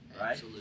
right